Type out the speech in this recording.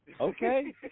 okay